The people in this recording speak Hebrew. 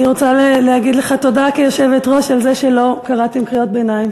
אני רוצה להגיד לך תודה כיושבת-ראש על זה שלא קראתם קריאות ביניים,